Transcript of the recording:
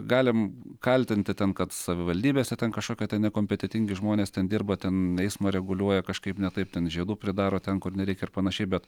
galim kaltinti ten kad savivaldybėse ten kažkokie ten nekompetentingi žmonės ten dirba ten eismą reguliuoja kažkaip ne taip ten žiedų pridaro ten kur nereikia ir panašiai bet